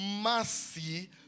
mercy